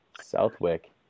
Southwick